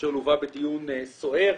אשר לווה בדיון סוער.